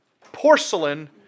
porcelain